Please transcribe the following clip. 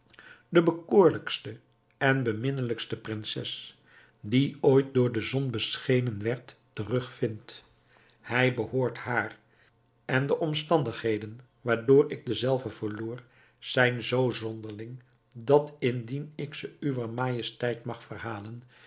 de bekoorlijkste en beminnelijkste prinses die ooit door de zon beschenen werd terugvind hij behoort haar en de omstandigheden waardoor ik dezelve verloor zijn zoo zonderling dat indien ik ze uwer majesteit mag verhalen